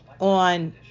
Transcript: on